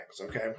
Okay